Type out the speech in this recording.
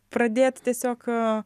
pradėt tiesiog